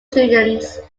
students